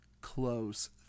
close